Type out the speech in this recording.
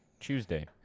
Tuesday